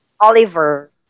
Oliver